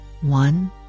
one